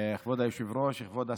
כבוד היושב-ראש, כבוד השרה,